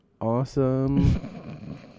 awesome